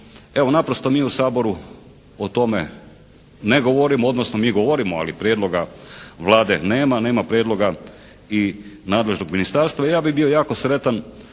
Evo naprosto mi u Saboru o tome ne govorimo, odnosno mi govorimo, ali prijedloga Vlade nema, nema prijedloga i nadležnog ministarstva. Ja bih bio jako sretan